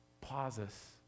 pauses